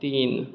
तीन